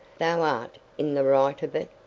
thou art in the right of it,